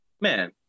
man